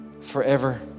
forever